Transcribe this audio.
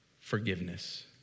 Forgiveness